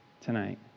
tonight